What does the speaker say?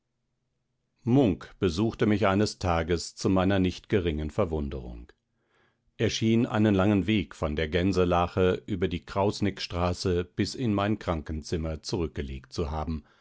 munk besuchte mich eines tages zu meiner nicht geringen verwunderung er schien einen langen weg von der gänselache über die krausnickstraße bis in mein krankenzimmer zurückgelegt zu haben